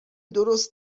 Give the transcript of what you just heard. درست